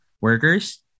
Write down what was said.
workers